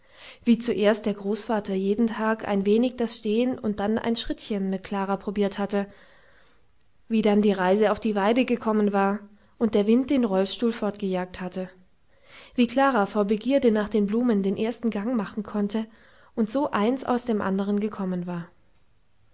wie zuerst der großvater jeden tag ein wenig das stehen und dann ein schrittchen mit klara probiert hatte wie dann die reise auf die weide gekommen war und der wind den rollstuhl fortgejagt hatte wie klara vor begierde nach den blumen den ersten gang machen konnte und so eins aus dem andern gekommen war